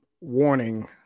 Warning